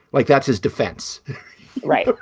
like that's his defense right.